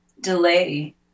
delay